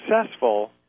successful